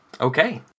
Okay